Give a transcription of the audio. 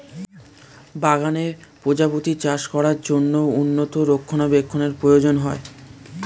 বাগানে প্রজাপতি চাষ করার জন্য উন্নত রক্ষণাবেক্ষণের প্রয়োজন হয়